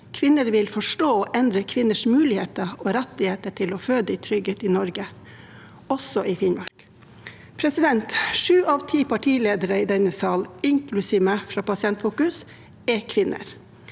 Kvinner vil forstå og endre kvinners muligheter og rettigheter til å føde i trygghet i Norge, også i Finnmark. Sju av ti partiledere i denne sal, inklusiv meg fra Pasientfokus, er kvinner.